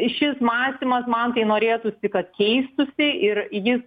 šis mąstymas man tai norėtųsi kad keistųsi ir jis